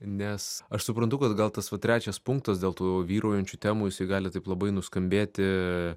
nes aš suprantu kad gal tas va trečias punktas dėl tų vyraujančių temų jisai gali taip labai nuskambėti